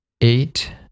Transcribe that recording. eight